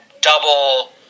double